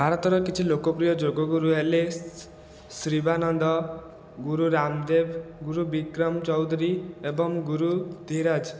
ଭାରତର କିଛି ଲୋକପ୍ରିୟ ଯୋଗ ଗୁରୁ ହେଲେ ଶିବାନନ୍ଦ ଗୁରୁ ରାମଦେବ ଗୁରୁ ବିକ୍ରମ ଚୌଧୁରୀ ଏବଂ ଗୁରୁ ଧୀରଜ